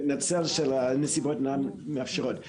אני מתנצל שהנסיבות אינן מאפשרות את השתתפותי פיזית.